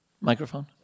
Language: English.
Microphone